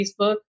Facebook